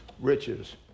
riches